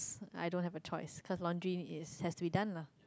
I don't have a choice cause laundry is have we done lah